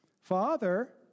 Father